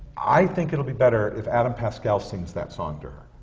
i think it'll be better if adam pascal sings that song to her.